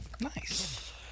Nice